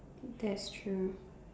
that's true